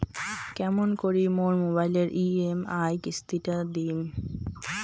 কেমন করি মোর মোবাইলের ই.এম.আই কিস্তি টা দিম?